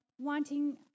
wanting